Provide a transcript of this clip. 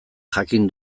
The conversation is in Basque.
jakin